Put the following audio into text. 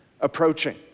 approaching